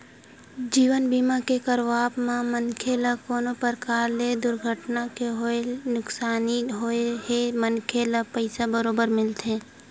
जीवन बीमा के करवाब म मनखे ल कोनो परकार ले दुरघटना के होय नुकसानी होए हे मनखे ल पइसा बरोबर मिलथे